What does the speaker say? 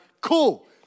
cool